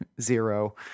zero